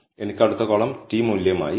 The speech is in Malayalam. എനിക്ക് അടുത്ത കോളം t മൂല്യമായി ഉണ്ട്